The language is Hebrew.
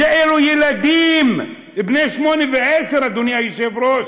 אלו ילדים בני 8 ו-10, אדוני היושב-ראש,